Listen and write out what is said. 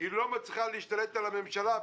לא מצליחה להשתלט על הממשלה.